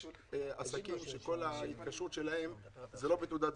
יש עסקים שכל ההתקשות שלהם זה לא בתעודה זהות,